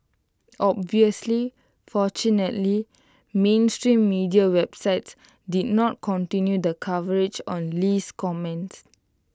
obviously fortunately mainstream media websites did not continue the coverage on Lee's comments